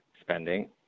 spending